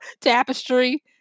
tapestry